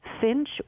Finch